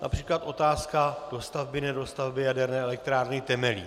Například otázka dostavby nedostavby Jaderné elektrárny Temelín.